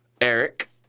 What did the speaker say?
Eric